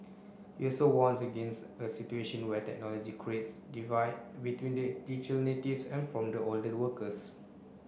he also warns against a situation where technology creates divide between the digital natives and from the workers